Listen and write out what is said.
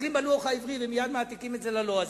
מסתכלים בלוח העברי ומייד מעתיקים את זה ללועזי.